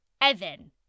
Evan